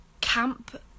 camp